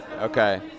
Okay